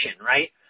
right